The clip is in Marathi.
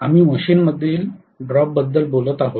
आम्ही मशीनमधील ड्रॉपबद्दल बोलत आहोत